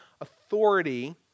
authority